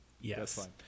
Yes